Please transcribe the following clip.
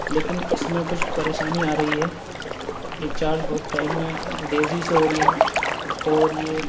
لیکن اِس میں کچھ پریشانی آ رہی ہے یہ چارج بہت ٹائم میں دیری سے ہو رہی ہے اور یہ